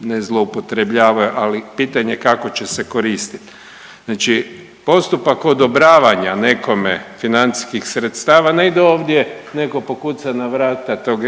ne zloupotrebljavaju, ali pitanje kako će se koristit. Znači postupak odobravanja nekome financijskih sredstava ne ide ovdje neko pokuca na vrata tog